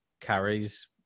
carries